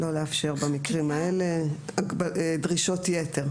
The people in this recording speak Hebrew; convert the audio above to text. לא לאפשר, במקרים האלה, דרישות יתר.